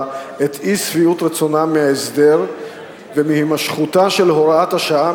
את אי-שביעות רצונם מההסדר ומהימשכותה של הוראת השעה,